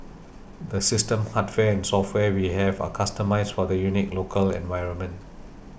the system hardware and software we have are customised for the unique local environment